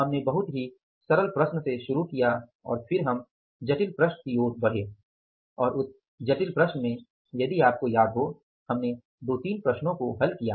हमने बहुत ही सरल प्रश्न से शुरू किया और फिर हम जटिल प्रश्न की ओर बढ़े और उस जटिल प्रश्न में यदि आपको याद हो हमने 2 3 प्रश्नों को हल किआ